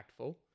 impactful